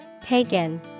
Pagan